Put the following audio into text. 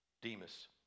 Demas